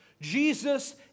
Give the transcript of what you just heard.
Jesus